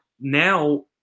now